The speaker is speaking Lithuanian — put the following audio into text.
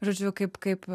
žodžiu kaip kaip